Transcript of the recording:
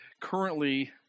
currently